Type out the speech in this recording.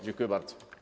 Dziękuję bardzo.